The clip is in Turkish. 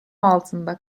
altında